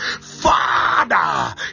father